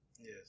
Yes